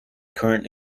current